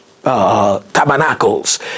Tabernacles